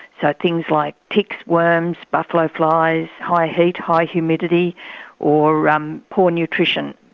so things like ticks, worms, buffalo flies, high heat, high humidity or um poor nutrition.